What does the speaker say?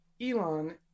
Elon